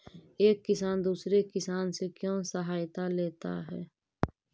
एक किसान दूसरे किसान से क्यों सहायता लेता है?